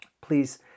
please